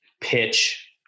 pitch